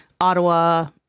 ottawa